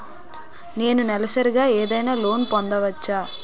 నేను నెలసరిగా ఏదైనా లోన్ పొందవచ్చా?